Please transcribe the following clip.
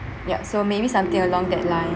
yup so maybe something along that line